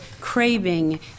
craving